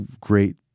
great